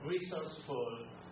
resourceful